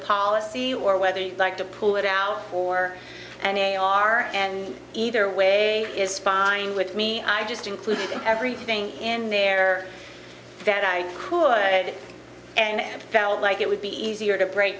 policy or whether you like to pull it out or and they are and either way is fine with me i just included in everything in there that i could and i felt like it would be easier to break